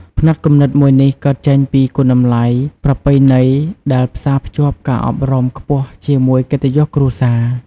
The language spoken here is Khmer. ផ្នត់គំនិតមួយនេះកើតចេញពីគុណតម្លៃប្រពៃណីដែលផ្សាភ្ជាប់ការអប់រំខ្ពស់ជាមួយកិត្តិយសគ្រួសារ។